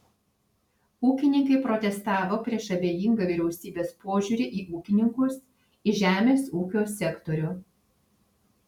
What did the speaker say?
ūkininkai protestavo prieš abejingą vyriausybės požiūrį į ūkininkus į žemės ūkio sektorių